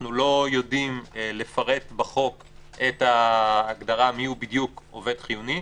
אנחנו לא יודעים לפרט בחוק את ההגדרה מיהו בדיוק עובד חיוני.